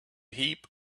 heap